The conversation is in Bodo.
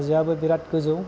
हाजोआबो बिराद गोजौ